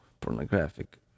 pornographic